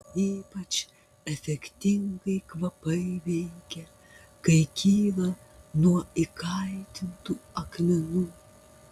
ypač efektingai kvapai veikia kai kyla nuo įkaitintų akmenų